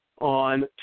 on